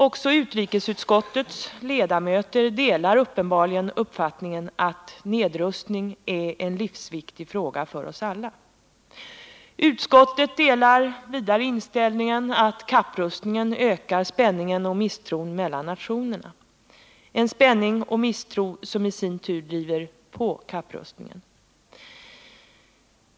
Också utrikesutskottets ledamöter delar uppenbarligen uppfattningen att nedrustning är en livsviktig fråga för oss alla. Utskottet delar vidare inställningen att kapprustningen ökar spänningen och misstron mellan nationerna — en spänning och misstro som i sin tur driver på kapprustningen.